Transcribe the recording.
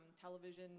television